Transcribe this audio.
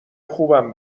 خوبم